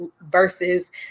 versus